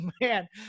man